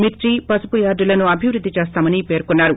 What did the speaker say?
మిర్పి పసుపు యార్డులను లిభివృద్ది చేస్తోమని పర్కొన్నారు